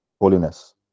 holiness